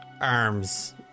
arms